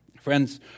Friends